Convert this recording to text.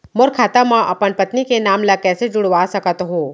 मोर खाता म अपन पत्नी के नाम ल कैसे जुड़वा सकत हो?